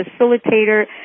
facilitator